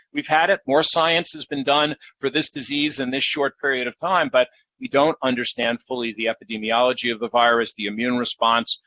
we've had it. more science has been done for this disease in this short period of time, but we don't understand fully the epidemiology of the virus, the immune response,